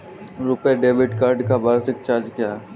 RuPay debit card का वार्षिक charge क्या है?